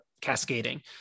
cascading